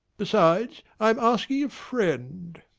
besides, i am asking a friend.